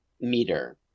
meter